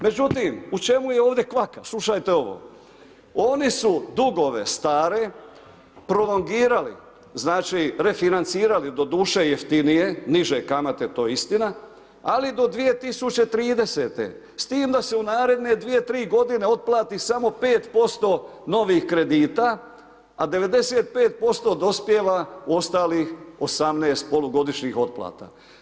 Međutim, u čemu je ovdje kvaka, slušajte ovo, oni su dugove stare prolongirali, znači refinancirali doduše jeftinije, niže kamate to je istina, ali do 2030. s tim da se u naredne 2-3 godine otplati samo 5% novih kredita, a 95% dospijeva ostali 18 polugodišnjih otplata.